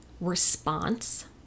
response